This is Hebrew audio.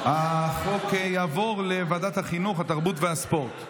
ההצעה להעביר את